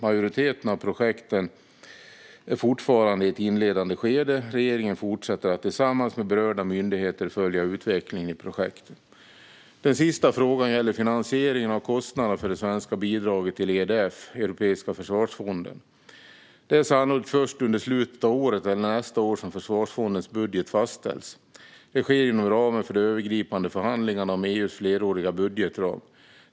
Majoriteten av projekten är fortfarande i ett inledande skede. Regeringen fortsätter att, tillsammans med berörda myndigheter, följa utvecklingen av projekten. Den sista frågan gäller finansieringen av kostnaderna för det svenska bidraget till EDF, Europeiska försvarsfonden. Det är sannolikt först under slutet av året eller nästa år som försvarsfondens budget fastställs. Det sker inom ramen för de övergripande förhandlingarna om EU:s fleråriga budgetram.